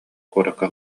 куоракка